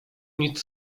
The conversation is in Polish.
nic